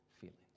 feelings